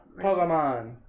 Pokemon